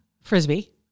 Frisbee